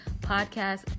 podcast